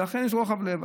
ולכן יש רוחב לב.